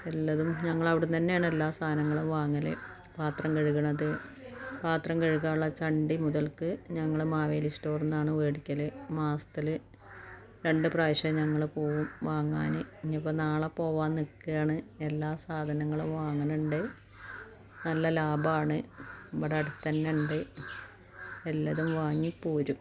എല്ലാതും ഞങ്ങൾ അവിടുന്ന് തന്നെയാണല്ലോ സാധനങ്ങളും വാങ്ങൽ പാത്രം കഴുകുന്നത് പാത്രം കഴുകാനുള്ള ചണ്ടി മുതൽക്ക് ഞങ്ങൾ മാവേലി സ്റ്റോറിൽ നിന്നാണ് മേടിക്കൽ മാസത്തിൽ രണ്ട് പ്രാവശ്യം ഞങ്ങൾ പോകും വാങ്ങാൻ ഇനി ഇപ്പം നാളെ പോവാൻ നിൽക്കുകയാണ് എല്ലാ സാധനങ്ങളൂം വാങ്ങുന്നുണ്ട് നല്ല ലാഭമാണ് ഇവിടെ അടുത്ത് തന്നെയുണ്ട് എല്ലാതും വാങ്ങി പോരും